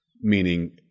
Meaning